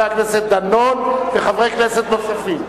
וחבר הכנסת דנון וחברי כנסת נוספים,